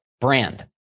brand